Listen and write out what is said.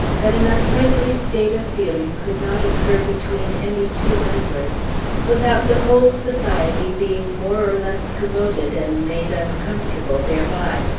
that an unfriendly state of feeling could not occur between any two members without the whole society being more or less commoted and made uncomfortable thereby.